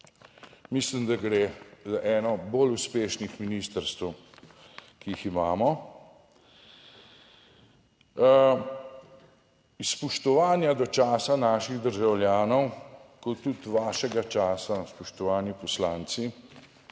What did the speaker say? Mislim, da gre za eno bolj uspešnih ministrstev, ki jih imamo. Iz spoštovanja do časa naših državljanov, kot tudi vašega časa, spoštovani poslanci,